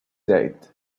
date